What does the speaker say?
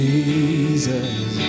Jesus